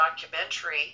documentary